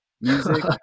music